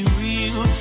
real